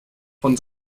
von